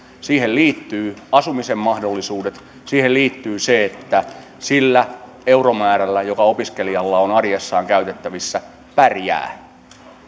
siihen liittyvät asumisen mahdollisuudet siihen liittyy se että sillä euromäärällä joka opiskelijalla on arjessaan käytettävissä pärjää